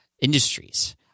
industries